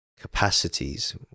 capacities